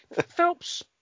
Phelps